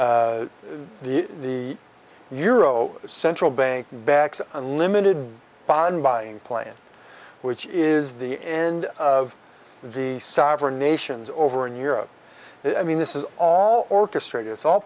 the euro central bank backs unlimited bond buying plan which is the end of the sovereign nations over in europe i mean this is all orchestrated it's all